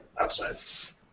outside